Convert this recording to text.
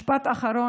משפט אחרון.